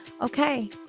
okay